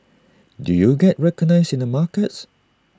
do you get recognised in the markets